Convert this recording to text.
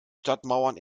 stadtmauern